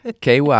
KY